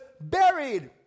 buried